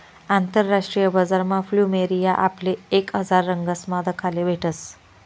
आंतरराष्ट्रीय बजारमा फ्लुमेरिया आपले एक हजार रंगसमा दखाले भेटस